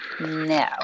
No